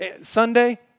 Sunday